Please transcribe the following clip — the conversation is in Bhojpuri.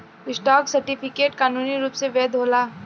स्टॉक सर्टिफिकेट कानूनी रूप से वैध होला